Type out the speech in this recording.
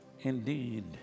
indeed